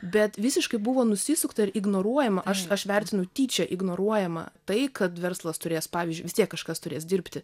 bet visiškai buvo nusisukta ir ignoruojama aš aš vertinu tyčia ignoruojama tai kad verslas turės pavyzdžiui vis tiek kažkas turės dirbti